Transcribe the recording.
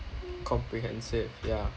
comprehensive yeah